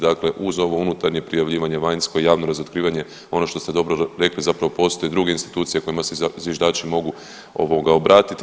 Dakle, uz ovo unutarnje prijavljivanje vanjsko razotkrivanje ono što ste dobro rekli zapravo postoje druge institucije kojima se zviždači mogu obratiti.